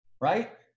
right